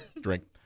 drink